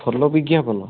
ଭଲ ବିଜ୍ଞାପନ